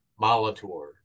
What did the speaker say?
Molitor